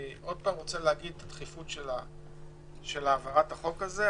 אני רוצה שוב להזכיר את הדחיפות של העברת החוק הזה.